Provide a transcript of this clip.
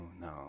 no